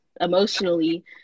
emotionally